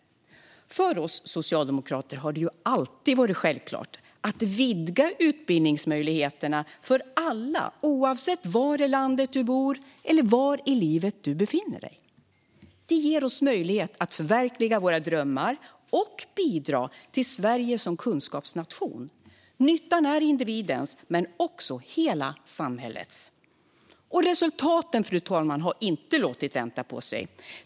För oss socialdemokrater har det alltid varit självklart att vidga utbildningsmöjligheterna för alla, oavsett var i landet du bor eller var i livet du befinner dig. Det ger oss möjlighet att förverkliga våra drömmar och bidra till Sverige som kunskapsnation. Nyttan är individens, men också hela samhällets. Och resultaten, fru talman, har inte låtit vänta på sig.